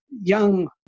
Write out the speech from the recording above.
young